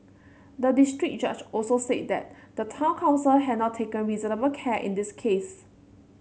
the district judge also said that the town council had not taken reasonable care in this case